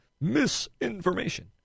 Misinformation